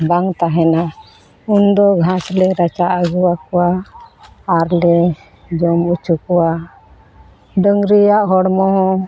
ᱵᱟᱝ ᱛᱟᱦᱮᱱᱟ ᱩᱱ ᱫᱚ ᱜᱷᱟᱸᱥ ᱞᱮ ᱨᱟᱪᱟᱜ ᱟᱹᱜᱩᱣᱟᱠᱚᱣᱟ ᱟᱨ ᱞᱮ ᱡᱚᱢ ᱚᱪᱚ ᱠᱚᱣᱟ ᱰᱟᱹᱝᱨᱤᱭᱟᱜ ᱦᱚᱲᱢᱚ ᱦᱚᱸ